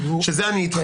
שזה אני איתך.